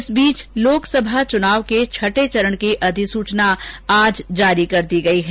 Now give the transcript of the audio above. इस बीच लोकसभा चुनाव के छठे चरण की अधिसूचना आज जारी कर दी गई है